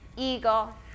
Eagle